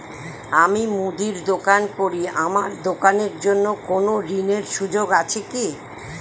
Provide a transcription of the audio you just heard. আমি মুদির দোকান করি আমার দোকানের জন্য কোন ঋণের সুযোগ আছে কি?